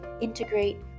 integrate